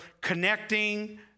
connecting